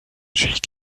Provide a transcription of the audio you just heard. jake